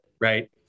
right